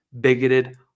bigoted